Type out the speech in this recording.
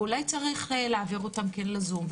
ואולי צריך להעביר אותם כן לזום,